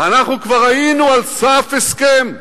אנחנו כבר היינו על סף הסכם,